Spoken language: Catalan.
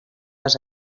les